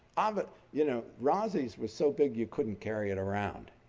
avi you know, razi was so big, you couldn't carry it around.